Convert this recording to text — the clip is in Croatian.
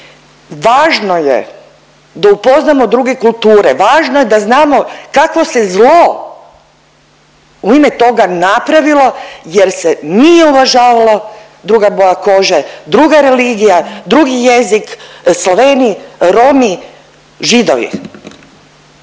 važno je da upoznamo druge kulture, važno je da znamo kakvo se zlo u ime toga napravilo jer se nije uvažalo druga boja kože, druga religija, drugi jezik, Slaveni, Romi, Židovi,